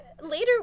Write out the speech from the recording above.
later